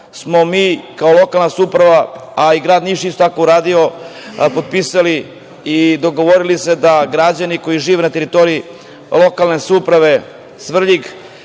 smo mi kao lokalna samouprava, a i grad Niš isto tako, potpisali i dogovorili se da građani koji žive na teritoriji lokalne samouprave Svrljig